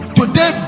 Today